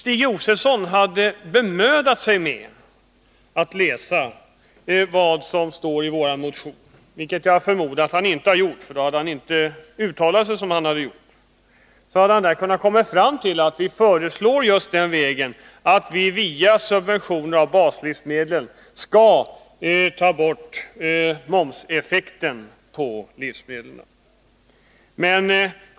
Men om han hade bemödat sig att läsa vad som står i vår motion — jag förmodar att han inte gjort det, för då hade han inte uttalat sig på det här sättet — skulle han ha funnit att vi föreslår att man skall gå den vägen att man via subventioner av baslivsmedlen tar bort momseffekten när det gäller livsmedlen.